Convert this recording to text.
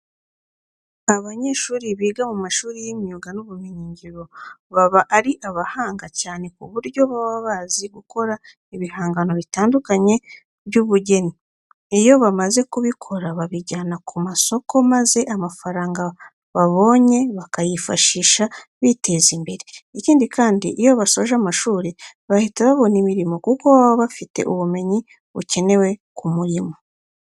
Abanyeshuri biga mu mashuri y'imyuga n'ubumenyingiro baba ari abahanga cyane ku buryo baba bazi gukora ibihangano bitandukanye by'ubugeni. Iyo bamaze kubikora babijyana ku masoko maze amafaranga babonye bakayifashisha biteza imbere. Ikindi kandi, iyo basoje amashuri bahita babona imirimo kuko baba bafite ubumenyi bukenewe ku murimo.